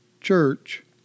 church